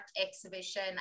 exhibition